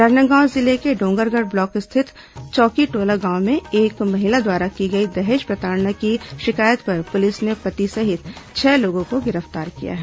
राजनांदगांव जिले के डोंगरगढ़ ब्लॉक स्थित चौकीटोला गांव में एक महिला द्वारा की गई दहेज प्रताड़ना की शिकायत पर पुलिस ने पति सहित छह लोगों को गिरफ्तार किया है